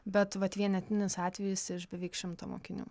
bet vat vienetinis atvejis iš beveik šimto mokinių